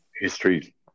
history